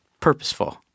purposeful